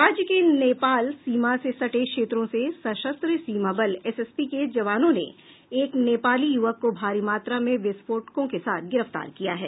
राज्य के नेपाल सीमा से सटे क्षेत्रों से सशस्त्र सीमा बल एसएसबी के जवानों ने एक नेपाली युवक को भारी मात्रा में विस्फोटकों के साथ गिरफ्तार किया है